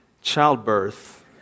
childbirth